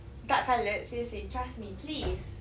dark coloured seriously trust me please